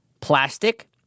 Plastic